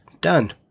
Done